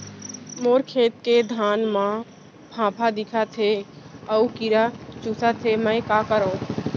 मोर खेत के धान मा फ़ांफां दिखत हे अऊ कीरा चुसत हे मैं का करंव?